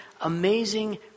amazing